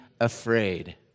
afraid